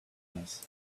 class